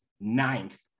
ninth